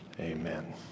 Amen